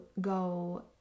go